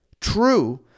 true